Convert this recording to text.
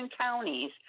counties